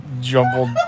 jumbled